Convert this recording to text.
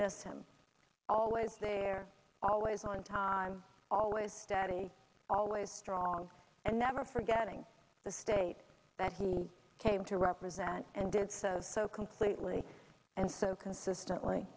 miss him always there always on time always steady always strong and never forgetting the state that he came to represent and did says so completely and so consistently